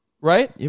right